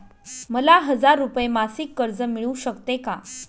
मला हजार रुपये मासिक कर्ज मिळू शकते का?